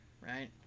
right